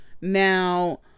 now